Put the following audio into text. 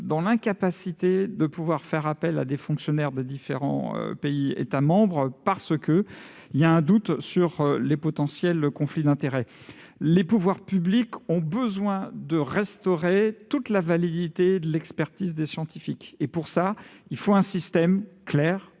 dans l'incapacité de faire appel à des fonctionnaires des États membres en raison de doutes sur les potentiels conflits d'intérêts. Les pouvoirs publics ont besoin de restaurer toute la validité de l'expertise des scientifiques. Pour cela, il faut un système clair